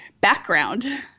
background